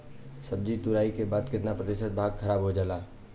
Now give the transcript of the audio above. सब्जी तुराई के बाद केतना प्रतिशत भाग खराब हो जाला?